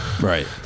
Right